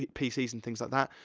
pcs, and things like that,